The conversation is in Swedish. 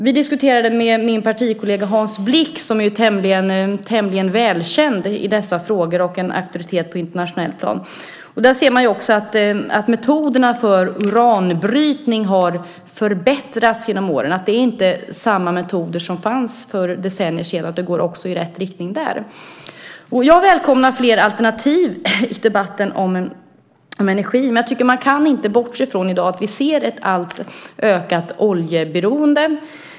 Vi diskuterade detta med min partikollega Hans Blix, tämligen välkänd i dessa frågor och en auktoritet på det internationella planet, och man kan se att metoderna för uranbrytning har förbättrats genom åren. Det är inte samma metoder som fanns för decennier sedan, utan det går i rätt riktning också där. Jag välkomnar fler alternativ i debatten om energi. Jag tycker dock inte att man kan bortse från att vi i dag ser ett alltmer ökat oljeberoende.